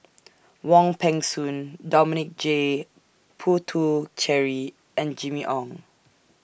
Wong Peng Soon Dominic J Puthucheary and Jimmy Ong